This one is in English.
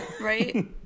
Right